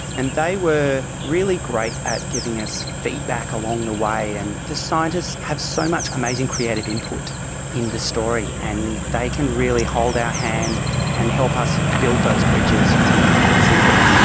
and they were really great at giving us feedback along the way. and the scientists have so much amazing creative input in the story, and they can really hold our hand and help us build those bridges to make it simple.